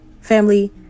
Family